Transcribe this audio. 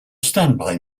standby